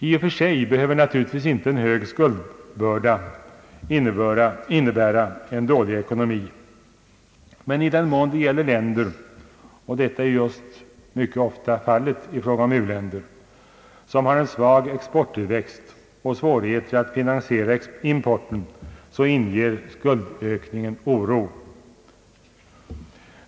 I och för sig behöver naturligtvis inte en hög skuldbörda innebära en dålig ekonomi, men i den mån det gäller länder — och detta är just mycket ofta fallet i fråga om u-länderna — med svag exporttillväxt och svårigheter att finansiera importen så inger skuldökningen oro.